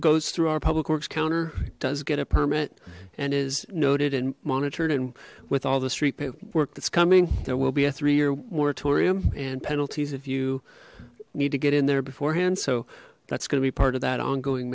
goes through our public works counter it does get a permit and is noted and monitored and with all the street work that's coming there will be a three year moratorium and penalties if you need to get in there beforehand so that's going to be part of that ongoing